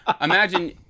imagine